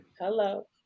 Hello